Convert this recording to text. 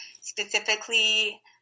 specifically